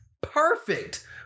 perfect